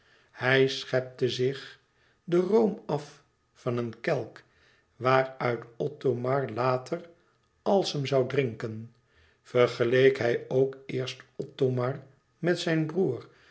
hij schiep zich den room af van een kelk waaruit othomar later alsem zou drinken vergeleek hij ook eerst othomar met zijn broêr